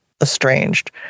estranged